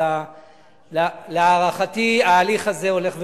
אבל להערכתי ההליך הזה הולך,